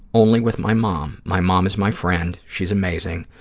only with my mom. my mom is my friend. she's amazing.